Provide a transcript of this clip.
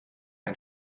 ein